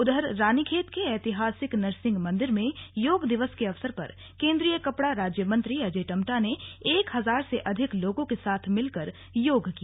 उधर रानीखेत के ऐतिहासिक नरसिंह मैदान मेंयोग दिवस के अवसर पर केंद्रीय कपड़ा राज्य मंत्री अजय टम्टा ने एक हजार से अधिक लोगों के साथ मिलकर योग किया